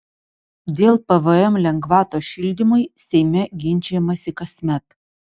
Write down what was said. dėl pvm lengvatos šildymui seime ginčijamasi kasmet